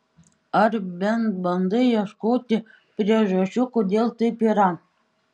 ar bent bandai ieškoti priežasčių kodėl taip yra